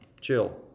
chill